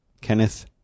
Kenneth